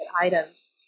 items